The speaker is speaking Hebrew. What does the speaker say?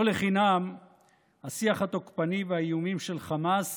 לא לחינם השיח התוקפני והאיומים של חמאס